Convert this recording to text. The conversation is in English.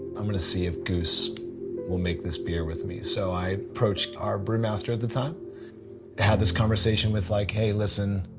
i'm gonna see if goose will make this beer with me. so i approached our brewmaster at the time i had this conversation with like, hey listen.